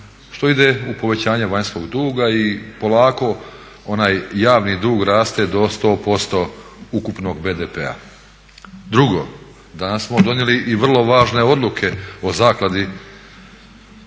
što ide u povećanje vanjskog duga i polako onaj javni dug raste do 100% ukupnog BDP-a. Drugo, danas smo donijeli i vrlo važne odluke o zakladi za